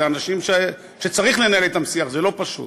אלה אנשים שצריך לנהל אתם שיח, זה לא פשוט.